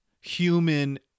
human